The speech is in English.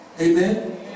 Amen